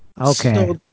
Okay